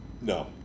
No